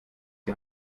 die